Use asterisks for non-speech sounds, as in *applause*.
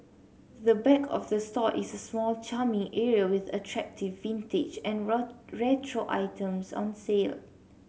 the back of the store is a small charming area with attractive vintage and *unintelligible* retro items on sale